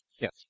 Yes